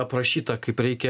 aprašyta kaip reikia